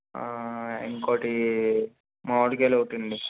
ఇంకోటి మామిడికాయలొకటండి